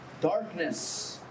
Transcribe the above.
darkness